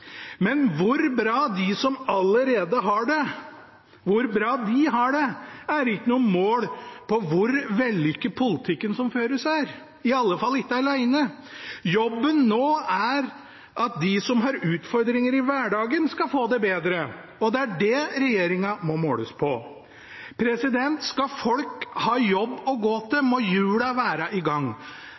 Men hvor bra de som allerede har det bra, har det, er ikke noe mål på hvor vellykket politikken som føres, er, iallfall ikke alene. Jobben nå er at de som har utfordringer i hverdagen, skal få det bedre, og det er det regjeringen må måles på. Skal folk ha en jobb å gå til, må hjulene være i gang.